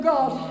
God